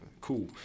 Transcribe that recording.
Cool